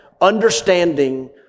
understanding